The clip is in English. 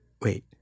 wait